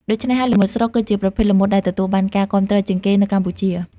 ដូច្នេះហើយ ល្មុតស្រុក គឺជាប្រភេទល្មុតដែលទទួលបានការគាំទ្រជាងគេនៅកម្ពុជា។